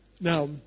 Now